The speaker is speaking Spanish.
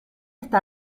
está